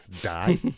die